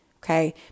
okay